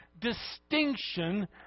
distinction